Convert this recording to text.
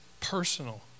personal